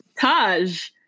Taj